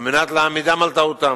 על מנת להעמידם על טעותם.